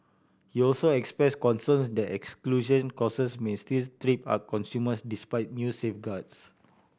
he also expressed concerns that exclusion causes may still trip up consumers despite new safeguards